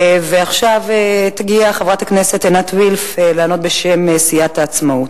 ועכשיו תגיע חברת הכנסת עינת וילף לענות בשם סיעת העצמאות.